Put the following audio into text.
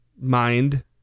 mind